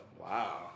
Wow